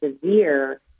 severe